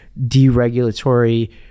deregulatory